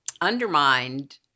undermined